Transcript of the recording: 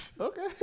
Okay